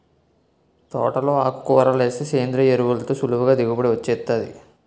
తోటలో ఆకుకూరలేస్తే సేంద్రియ ఎరువులతో సులువుగా దిగుబడి వొచ్చేత్తాది